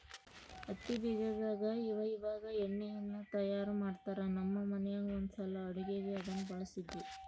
ಹತ್ತಿ ಬೀಜದಾಗ ಇವಇವಾಗ ಎಣ್ಣೆಯನ್ನು ತಯಾರ ಮಾಡ್ತರಾ, ನಮ್ಮ ಮನೆಗ ಒಂದ್ಸಲ ಅಡುಗೆಗೆ ಅದನ್ನ ಬಳಸಿದ್ವಿ